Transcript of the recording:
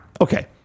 Okay